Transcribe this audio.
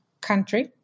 country